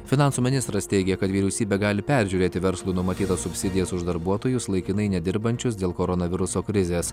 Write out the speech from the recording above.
finansų ministras teigia kad vyriausybė gali peržiūrėti verslui numatytas subsidijas už darbuotojus laikinai nedirbančius dėl koronaviruso krizės